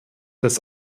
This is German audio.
dass